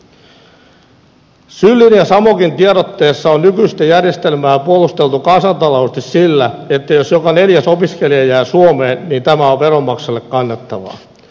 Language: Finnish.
sylin ja samokin tiedotteessa on nykyistä järjestelmää puolusteltu kansantaloudellisesti sillä että jos joka neljäs opiskelija jää suomeen niin tämä on veronmaksajille kannattavaa